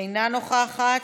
אינה נוכחת,